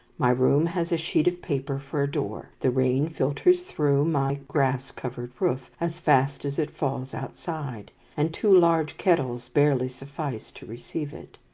my room has a sheet of paper for a door, the rain filters through my grass-covered roof as fast as it falls outside, and two large kettles barely suffice to receive it.